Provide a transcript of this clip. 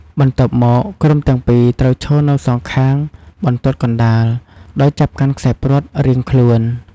បន្ទាប់មក ក្រុមទាំងពីរត្រូវឈរនៅសងខាងបន្ទាត់កណ្ដាល ដោយចាប់កាន់ខ្សែព្រ័ត្ររៀងខ្លួន។